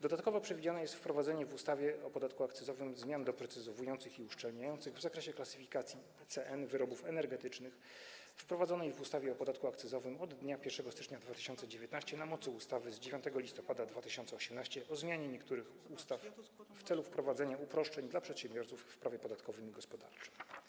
Dodatkowo przewidziane jest wprowadzenie w ustawie o podatku akcyzowym zmian doprecyzowujących i uszczelniających w zakresie klasyfikacji CN wyrobów energetycznych, wprowadzonej w ustawie o podatku akcyzowym od dnia 1 stycznia 2019 r. na mocy ustawy z 9 listopada 2018 r. o zmianie niektórych ustaw w celu wprowadzenia uproszczeń dla przedsiębiorców w prawie podatkowym i gospodarczym.